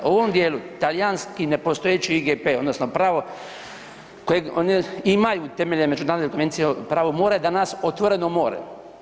U ovom dijelu talijanski nepostojeći IGP, odnosno pravo kojeg oni imaju temeljem Međunarodne konvencije o pravu mora danas je otvoreno more.